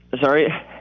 Sorry